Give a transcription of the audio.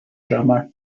drama